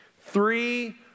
Three